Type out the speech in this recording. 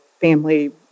family